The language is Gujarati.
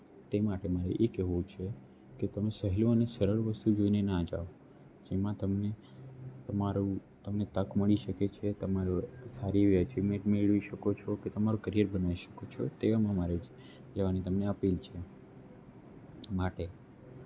તે માટે મારે એ કહેવું છે કે તમે સહેલું અને સરળ વસ્તુ જોઈને ન જાવ જેમાં તમને તમારો તમે તક મળી શકે છે તમારો સારી એવી અચિવમેન્ટ મેળવી શકો છો કે તમારું કરિયર બનાવી શકો છો તેઓમાં મારે જ જવાની તમને અપીલ છે માટે